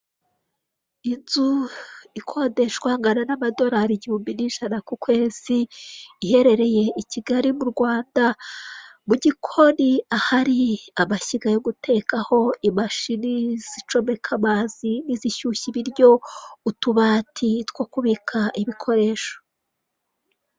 Inzu ikodeshwa angana n'amadorari igihumbi n'ijana ku kwezi, iherereye i Kigali, mu Rwanda. Mu gikori ahari amashyiga yo gutekaho, imashini zicomeka amazi, izishyushya ibiryo, utubati two kubika ibikoresho.